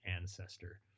ancestor